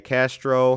Castro